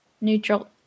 neutral